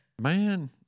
man